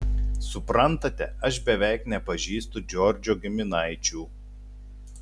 suprantate aš beveik nepažįstu džordžo giminaičių